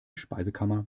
speisekammer